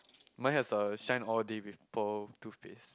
mine has the shine all day with bold toothpaste